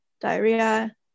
diarrhea